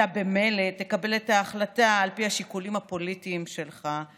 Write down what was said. אתה ממילא תקבל את ההחלטה על פי השיקולים הפוליטיים שלך.